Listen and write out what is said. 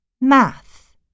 math